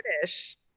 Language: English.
British